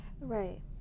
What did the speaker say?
Right